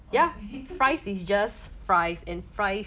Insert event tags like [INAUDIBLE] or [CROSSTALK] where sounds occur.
ok [LAUGHS]